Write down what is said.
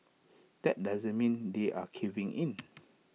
but that doesn't mean they're caving in